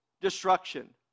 destruction